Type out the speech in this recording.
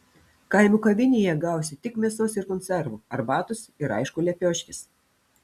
kaimo kavinėje gausi tik mėsos ir konservų arbatos ir aišku lepioškės